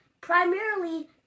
Primarily